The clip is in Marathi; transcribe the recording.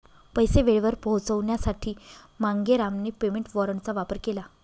पैसे वेळेवर पोहोचवण्यासाठी मांगेरामने पेमेंट वॉरंटचा वापर केला